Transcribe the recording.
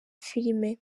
filime